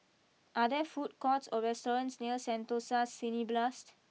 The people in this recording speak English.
are there food courts or restaurants near Sentosa Cineblast